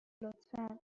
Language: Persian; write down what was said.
لطفا